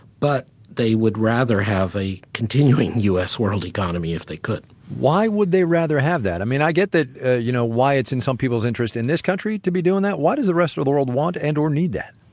but they would rather have a continuing u s. world economy if they could why would they rather have that? i mean, i get that, you know, why it's in some people's interest in this country to be doing that. why does the rest of the world want, and or need that?